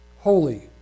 Holy